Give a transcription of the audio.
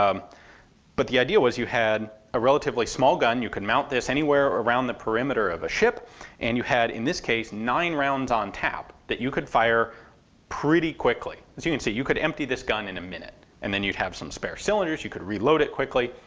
um but the idea was you had a relatively small gun, you can mount this anywhere around the perimeter of a ship and you had, in this case, nine rounds on tap that you could fire pretty quickly. so you can see you could empty this gun in a minute. and then you'd have some spare cylinders, you could reload it quickly.